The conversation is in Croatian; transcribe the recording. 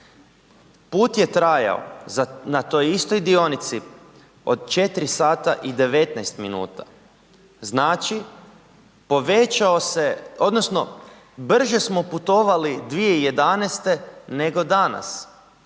put je trajao na toj istoj dionici od 4 sata i 19 minuta. Znači povećao se odnosno brže smo putovali 2011. nego danas,